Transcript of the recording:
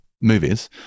movies